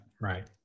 right